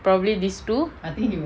probably this two